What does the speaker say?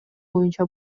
боюнча